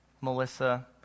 Melissa